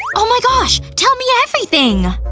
oh my gosh, tell me everything!